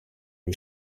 les